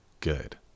good